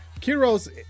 Kiro's